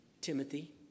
Timothy